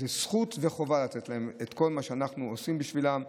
זאת זכות וחובה לתת להם את כל מה שאנחנו עושים בשבילם.